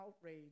outrage